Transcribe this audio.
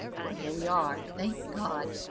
for here we are, thank god,